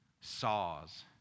saws